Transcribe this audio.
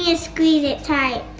ah ah squeeze it tight.